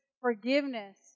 forgiveness